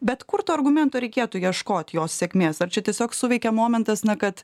bet kur to argumento reikėtų ieškot jos sėkmės ar čia tiesiog suveikia momentas na kad